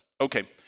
okay